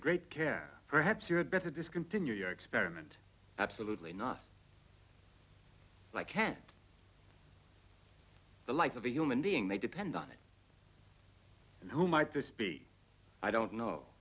great care perhaps you had better discontinue your experiment absolutely not like can't the life of a human being they depend on it and who might this be i don't know